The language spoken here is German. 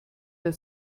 der